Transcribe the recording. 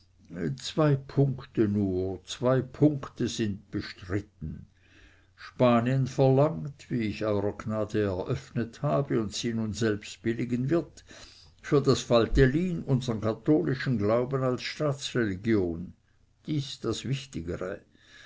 zwei punkte nur zwei punkte sind bestritten spanien verlangt wie ich eurer gnade eröffnet habe und sie nun selbst billigen wird für das valtelin unsern katholischen glauben als staatsreligion dies das wichtigere